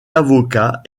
avocat